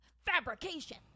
Fabrication